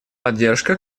поддержка